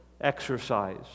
exercise